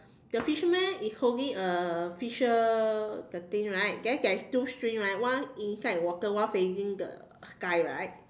the fisherman is holding a fisher the thing right then there's two string right one inside the water one facing the sky right